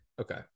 Okay